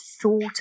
thought